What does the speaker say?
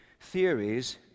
theories